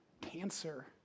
cancer